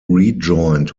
rejoined